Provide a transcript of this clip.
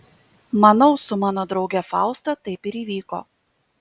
manau su mano drauge fausta taip ir įvyko